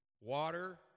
Water